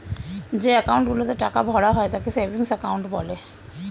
যে অ্যাকাউন্ট গুলোতে টাকা ভরা হয় তাকে সেভিংস অ্যাকাউন্ট বলে